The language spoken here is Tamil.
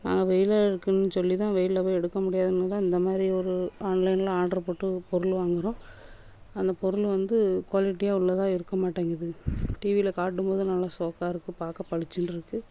நாங்கள் வெயிலாருக்குன்னு சொல்லி தான் வெயிலில் போய் எடுக்க முடியாதுன்னு தான் இந்தமாதிரி ஒரு ஆன்லைனில் ஆர்டர் போட்டு பொருள் வாங்குறோம் அந்த பொருள் வந்து குவாலிட்டியாக உள்ளதா இருக்க மாட்டேங்குது டிவியில காட்டும் போது நல்லா சோக்காக இருக்கு பார்க்க பளிச்சின்னு இருக்கு